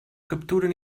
capturen